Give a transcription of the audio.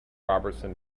robertson